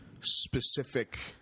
specific